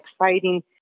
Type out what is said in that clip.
exciting